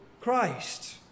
Christ